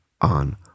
on